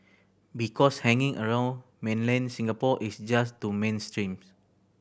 because hanging around mainland Singapore is just too mainstream